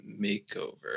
makeover